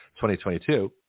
2022